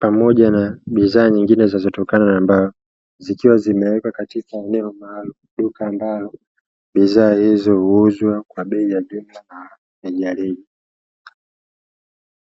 pamoja na bidhaa nyingine zinazotokana na mbao, zikiwa zimewekwa katika eneo maalumu duka ambalo bidhaa hizo huuzwa kwa bei ya jumla na rejareja.